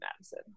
Madison